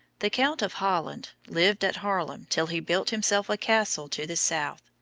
the count of holland lived at haarlem till he built himself a castle to the south,